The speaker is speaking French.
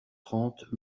trente